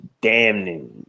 damning